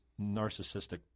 narcissistic